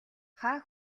хаа